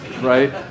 right